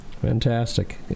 Fantastic